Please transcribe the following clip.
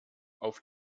auf